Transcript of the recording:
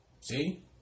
See